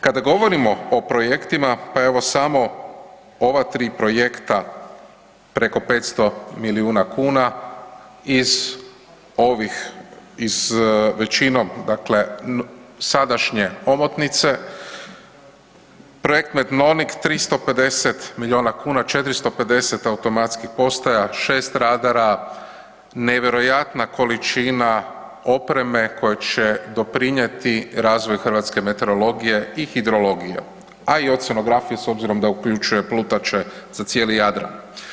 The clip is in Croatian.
Kada govorimo o projektima, pa evo samo ova 3 projekta preko 500 milijuna kuna iz ovih, iz većinom, dakle sadašnje omotnice projekt METMONIC 350 milijuna kuna, 450 automatskih postaja, 6 radara, nevjerojatna količina opreme koja će doprinjeti razvoju hrvatske meteorologije i hidrologije, a i oceanografije s obzirom da uključuje plutače za cijeli Jadran.